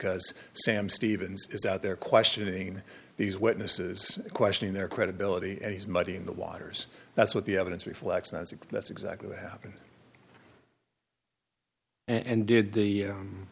cause sam stevens is out there questioning these witnesses questioning their credibility and he's muddying the waters that's what the evidence reflects that that's exactly what happened and did the